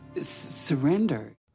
surrender